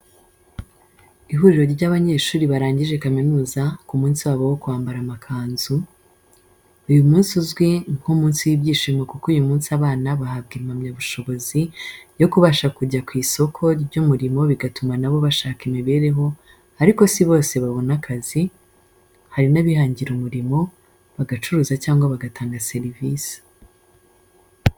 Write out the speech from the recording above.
Ihuriro ry'abanyeshuri barangije kaminuza k'umunsi wabo wo kwambara amakanzu, uyu munsi uzwi nka umunsi wibyishimo kuko uyu munsi abana bahabwa impamyabushobozi yo kubasha kujya kw'isoko ry'umurimo bigatuma nabo bashaka imibereho ariko bose siko babona akazi, hari nabihangira umurimo, bagacuruza cyangwa bagatanga serivisi.